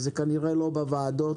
וזה כנראה לא בוועדות